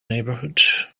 neighborhood